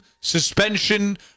suspension